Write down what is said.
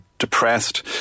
depressed